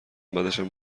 بعدشم